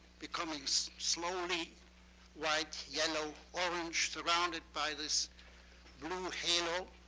becoming so slowly white, yellow, orange, surrounded by this blue halo.